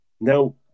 Now